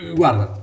guarda